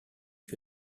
que